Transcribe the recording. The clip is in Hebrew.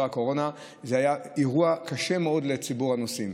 הקורונה היה אירוע קשה מאוד לציבור הנוסעים.